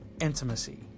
intimacy